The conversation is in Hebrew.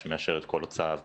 שמאשרת כל הוצאה והוצאה.